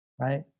right